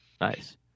Nice